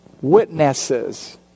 witnesses